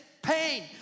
Pain